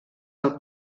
del